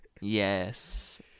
Yes